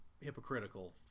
hypocritical